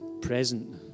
present